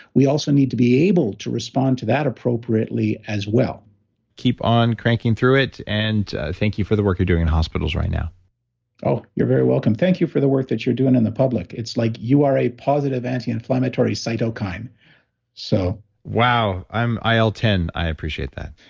we also need to be able to respond to that appropriately as well keep on cranking through it, and thank you for the work you're doing in hospitals right now oh, you're very welcome. thank you for the work that you're doing in the public, it's like you are a positive anti-inflammatory cytokine so wow, i'm il ten. i appreciate that